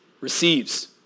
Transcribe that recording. Receives